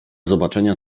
zobaczenia